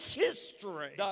history